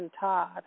Todd